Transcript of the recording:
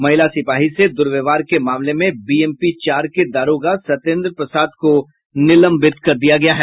महिला सिपाही से द्वर्व्यवहार के मामले में बीएमपी चार के दारोगा सत्येंद्र प्रसाद को निलंबित कर दिया गया है